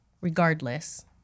regardless